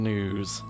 News